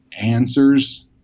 answers